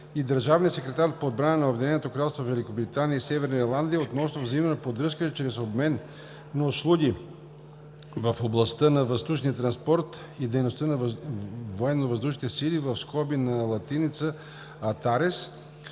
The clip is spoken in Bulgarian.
държавния секретар по отбрана на Обединеното кралство Великобритания и Северна Ирландия относно взаимна поддръжка чрез обмен на услуги в областта на въздушния транспорт и дейности на военновъздушните сили (ATARES) и на Техническо